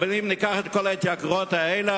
אבל אם ניקח את כל ההתייקרויות האלה,